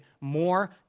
more